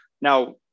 now